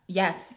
yes